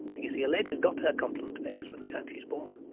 you see, a lady has got her complement of eggs by the time she is born.